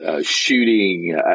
shooting